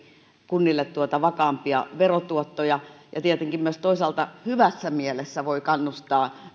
kunnille vakaampia verotuottoja ja tietenkin toisaalta hyvässä mielessä voi myös kannustaa